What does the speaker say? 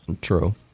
True